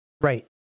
Right